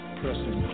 pressing